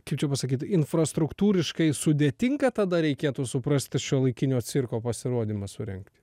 kaip čia pasakyt infrastruktūriškai sudėtinga tada reikėtų suprasti šiuolaikinio cirko pasirodymą surengti